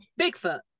Bigfoot